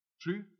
True